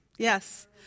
Yes